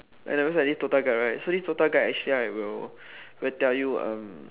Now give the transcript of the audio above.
and then there's this DOTA guide right so this DOTA guide actually like will will tell you um